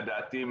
לדעתי,